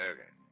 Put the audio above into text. Okay